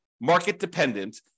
market-dependent